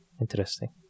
Interesting